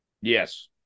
yes